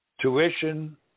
tuition